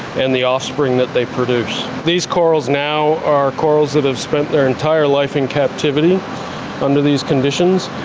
and the offspring that they produce. these corals now are corals that have spent their entire life in captivity under these conditions,